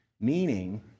Meaning